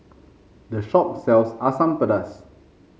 this shop sells Asam Pedas